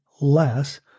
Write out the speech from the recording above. less